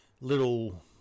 little